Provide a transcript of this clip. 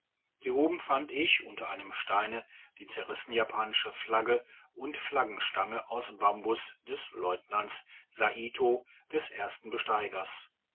hier ober fand ich unter einem steine die zerrissene japanische flagge und flaggenstange aus bambus des lteutnants saito des ersten besteigers